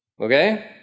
Okay